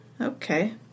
Okay